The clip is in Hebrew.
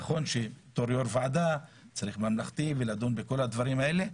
נכון שבתור יו"ר ועדה צריך להיות ממלכתי ולדון בכל הדברים האלה,